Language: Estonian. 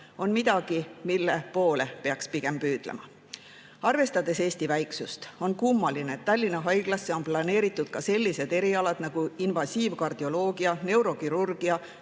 on midagi, mille poole pigem peaks püüdlema. Arvestades Eesti väiksust, on kummaline, et Tallinna Haiglasse on planeeritud ka sellised erialad nagu invasiivkardioloogia, neurokirurgia,